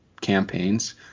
campaigns